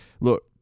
look